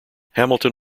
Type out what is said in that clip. hamilton